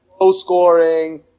Low-scoring